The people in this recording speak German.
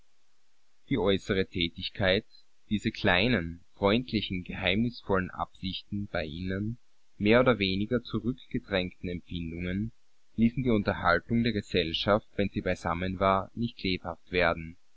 die äußere tätigkeit diese kleinen freundlichen geheimnisvollen absichten bei innern mehr oder weniger zurückgedrängten empfindungen ließen die unterhaltung der gesellschaft wenn sie beisammen war nicht lebhaft werden